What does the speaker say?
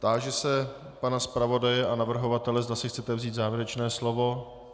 Táži se pana zpravodaje a navrhovatele, zda si chcete vzít závěrečné slovo.